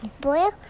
Blue